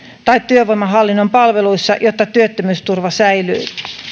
tai työvoimahallinnon palveluissa jotta työttömyysturva säilyy